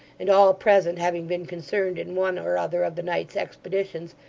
and all present having been concerned in one or other of the night's expeditions,